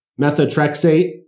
methotrexate